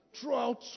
Throughout